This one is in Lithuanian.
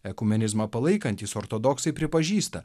ekumenizmą palaikantys ortodoksai pripažįsta